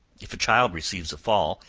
if a child receives a fall,